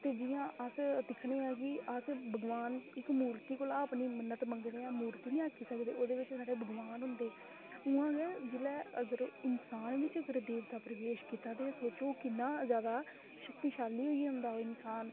ते जि'यां अस दिक्खने आं कि अस भगवान इक मूर्ति कोला अपनी मन्नत मंगदे आं मूर्ति नि आक्खी सकदे ओह्दे बिच साढ़े भगवान होंदे उ'आं गै जिसलै अगर इंसान बिच अगर देवता प्रवेश कीता ते सोचो ओह् किन्ना ज्यादा शक्तिशाली होई जंदा ओह् इंसान